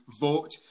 vote